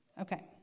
Okay